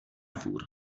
dvůr